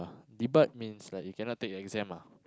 debarred means like you cannot take your exam lah